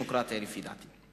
לפי דעתי יש